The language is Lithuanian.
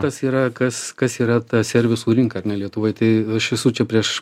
tas yra kas kas yra ta servisų rinka ar ne lietuvoj tai aš esu čia prieš